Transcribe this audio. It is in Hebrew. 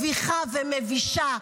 כל כך מביכה ומבישה.